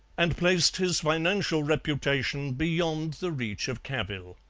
and placed his financial reputation beyond the reach of cavil.